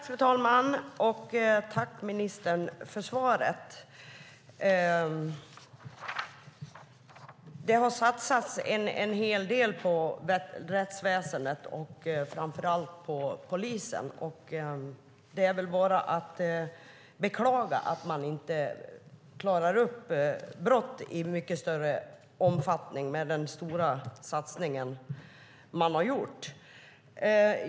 Fru talman! Tack, ministern, för svaret! Det har satsats en hel del på rättsväsendet och framför allt på polisen, och det är bara att beklaga att man inte klarar upp brott i mycket större omfattning med den stora satsning som har gjorts.